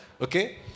Okay